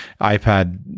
iPad